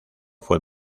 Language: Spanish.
fue